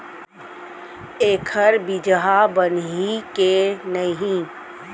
एखर बीजहा बनही के नहीं?